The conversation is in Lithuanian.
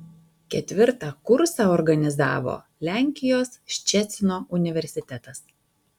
ketvirtą kursą organizavo lenkijos ščecino universitetas